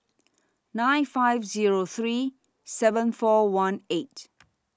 nine five Zero three seven four one eight